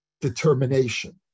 determination